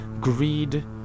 greed